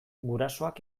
gurasoak